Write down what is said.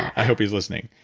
i hope he's listening.